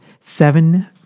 seven